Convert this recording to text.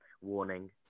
warning